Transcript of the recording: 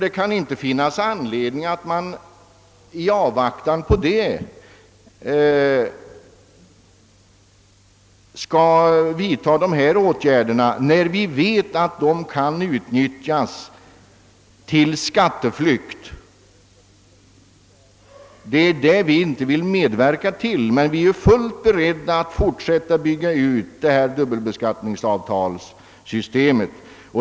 Det finns ingen anledning att i avvaktan på dessa avtal vidtaga åtgärder som kan utnyttjas till skatteflykt. Vi vill inte medverka därtill, men vi är givetvis beredda fortsätta med att bygga ut systemet med dubbelbeskattningsavtal.